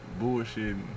bullshitting